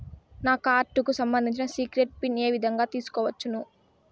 నా కార్డుకు సంబంధించిన సీక్రెట్ పిన్ ఏ విధంగా తీసుకోవచ్చు?